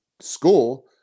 school